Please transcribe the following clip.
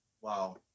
Wow